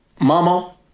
Mama